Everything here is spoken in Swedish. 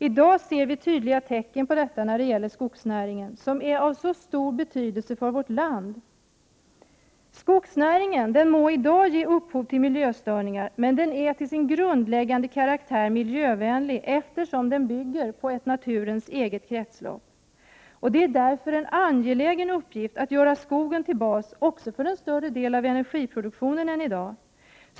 I dag ser vi tydliga tecken på detta när det gäller skogsnäringen, som är av så stor betydelse för vårt land. Skogsnäringen må i dag ge upphov till miljöstörningar, men den är till sin grundläggande karaktär miljövänlig, eftersom den byggger på ett naturens eget kretslopp. Det är därför en angelägen uppgift att göra skogen till bas också för en större del av energiproduktionen än i dag.